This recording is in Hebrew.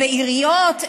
בעיריות,